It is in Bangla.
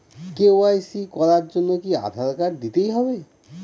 কে.ওয়াই.সি করার জন্য কি আধার কার্ড দিতেই হবে?